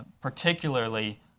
particularly